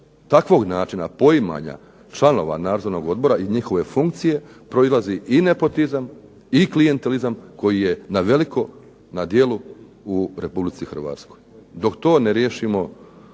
iz tog načina poimanja članova nadzornog odbora i njihove funkcije proizlazi i nepotizam i klijentelizam koji je na djelu u Republici Hrvatskoj. Dok to ne riješim